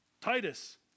Titus